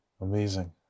Amazing